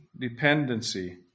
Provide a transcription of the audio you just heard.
dependency